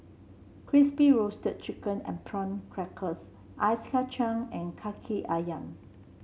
Crispy Roasted Chicken and Prawn Crackers Ice Kachang and kaki ayam